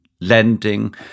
lending